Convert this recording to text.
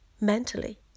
mentally